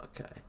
Okay